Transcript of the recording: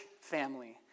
family